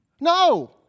No